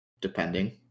depending